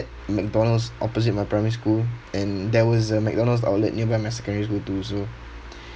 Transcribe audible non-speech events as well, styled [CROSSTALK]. McDonald's opposite my primary school and there was a mcdonald's outlet nearby my secondary school too so [BREATH]